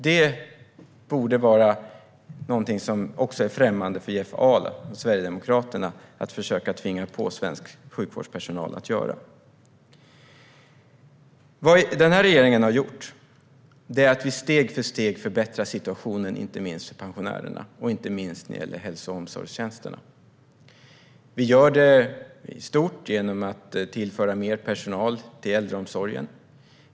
Det borde vara främmande också för Jeff Ahl och Sverigedemokraterna att försöka tvinga på svensk sjukvårdspersonal att göra detta. Vad har då den här regeringen gjort? Steg för steg förbättrar vi situationen inte minst för pensionärerna och inte minst när det gäller hälso och omsorgstjänsterna. Vi gör det i stort genom att tillföra mer personal till äldreomsorgen.